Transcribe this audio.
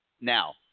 Now